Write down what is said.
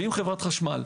ועם חברת חשמל,